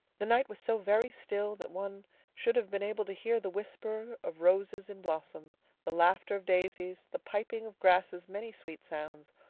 the night was so very still that one should have been able to hear the whisper of roses in blossom the laughter of daisies the piping of grasses many sweet sounds,